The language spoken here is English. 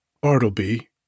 Bartleby